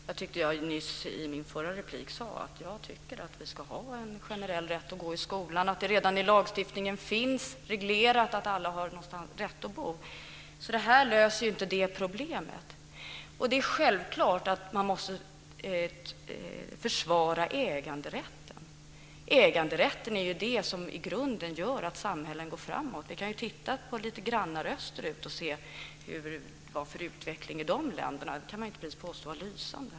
Fru talman! Jag sade i min förra replik att jag tycker att vi ska ha en generell rätt att gå i skolan och att det redan nu i lagstiftningen anges att alla har rätt att bo. Detta löser inte problemet. Det är självklart att man måste försvara äganderätten. Äganderätten är det som gör att samhällen går framåt. Vi kan titta på grannarna österut och se vilken utveckling det var i de länderna. Det kan man inte precis påstå var lysande.